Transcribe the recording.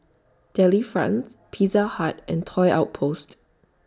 Delifrance Pizza Hut and Toy Outpost